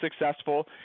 successful